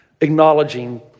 Acknowledging